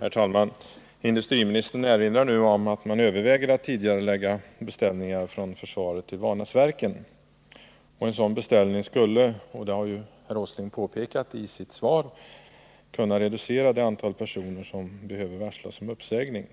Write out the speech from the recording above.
Herr talman! Industriministern erinrar nu om att man överväger att tidigarelägga beställningar från försvaret till Vanäsverken. En sådan beställning skulle — det har herr Åsling också påpekat i sitt svar — kunna reducera antalet personer som behöver varslas om uppsägning.